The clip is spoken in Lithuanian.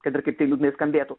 kad ir kaip tai liūdnai skambėtų